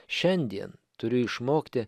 šiandien turiu išmokti